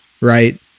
right